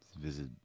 Visit